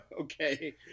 Okay